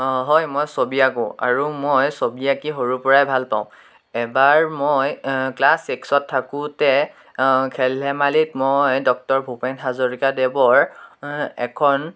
হয় মই ছবি আকোঁ আৰু মই ছবি আঁকি সৰুৰ পৰাই ভাল পাওঁ এবাৰ মই ক্লাছ ছিক্সত থাকোঁতে খেল ধেমালিত মই ডক্টৰ ভূপেন হাজৰিকাদেৱৰ এখন